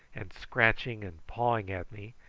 and scratching and pawing at me,